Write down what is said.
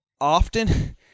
often